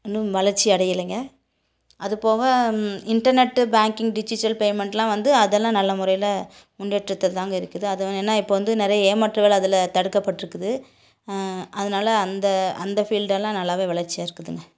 இன்னும் வளர்ச்சி அடையலைங்க அதுபோக இன்டர்நெட்டு பேக்கிங் டிஜிட்டல் பேமெண்ட்லாம் வந்து அதெல்லாம் நல்ல முறையில் முன்னேற்றத்தில் தாங்க இருக்குது அது ஏன்னா இப்போ வந்து நிறைய ஏமாற்று வேலை அதில் தடுக்கப்பட்டிருக்குது அதனால அந்த அந்த ஃபீல்டெல்லாம் நல்லா வளர்ச்சியாக இருக்குதுங்க